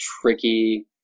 tricky